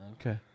Okay